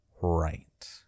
right